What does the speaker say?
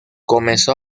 comenzó